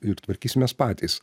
ir tvarkysimės patys